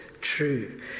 true